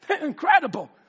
Incredible